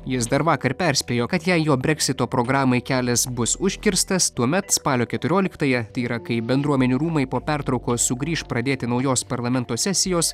jis dar vakar perspėjo kad jei jo breksito programai kelias bus užkirstas tuomet spalio keturioliktąją tai yra kai bendruomenių rūmai po pertraukos sugrįš pradėti naujos parlamento sesijos